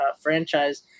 franchise